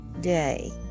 day